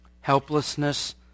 helplessness